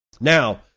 Now